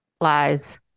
lies